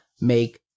make